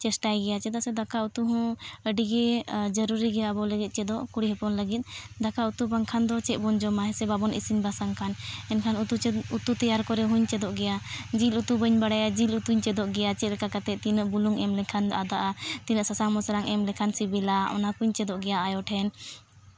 ᱪᱮᱥᱴᱟᱭ ᱜᱮᱭᱟ ᱪᱮᱫᱟᱜ ᱥᱮ ᱫᱟᱠᱟ ᱩᱛᱩ ᱦᱚᱸ ᱟᱹᱰᱤᱜᱮ ᱡᱟᱹᱨᱩᱲᱤ ᱜᱮᱭᱟ ᱟᱵᱚ ᱞᱟᱹᱜᱤᱫ ᱪᱮᱫᱚᱜ ᱠᱩᱲᱤ ᱦᱚᱯᱚᱱ ᱞᱟᱹᱜᱤᱫ ᱫᱟᱠᱟ ᱩᱛᱩ ᱵᱟᱝᱠᱷᱟᱱ ᱫᱚ ᱪᱮᱫ ᱵᱚᱱ ᱡᱚᱢᱟ ᱦᱮᱥᱮ ᱵᱟᱵᱚᱱ ᱤᱥᱤᱱ ᱵᱟᱥᱟᱝ ᱠᱷᱟᱱ ᱮᱱᱠᱷᱟᱱ ᱩᱛᱩ ᱛᱮᱭᱟᱨ ᱠᱚᱨᱮ ᱦᱚᱸᱧ ᱪᱮᱫᱚᱜ ᱜᱮᱭᱟ ᱡᱤᱞ ᱩᱛᱩ ᱵᱟᱹᱧ ᱵᱟᱲᱟᱭᱟ ᱡᱤᱞ ᱩᱛᱩ ᱦᱚᱸᱧ ᱪᱮᱫᱚᱜ ᱜᱮᱭᱟ ᱪᱮᱫ ᱞᱮᱠᱟ ᱠᱟᱛᱮᱫ ᱛᱤᱱᱟᱹᱜ ᱵᱩᱞᱩᱝ ᱮᱢ ᱞᱮᱠᱷᱟᱱ ᱫᱚ ᱟᱫᱟᱜᱼᱟ ᱛᱤᱱᱟᱹᱜ ᱥᱟᱥᱟᱝ ᱢᱚᱥᱞᱟ ᱮᱢ ᱞᱮᱠᱷᱟᱱ ᱥᱤᱵᱤᱞᱟ ᱚᱱᱟ ᱠᱚᱧ ᱪᱮᱫᱚᱜ ᱜᱮᱭᱟ ᱟᱭᱳ ᱴᱷᱮᱱ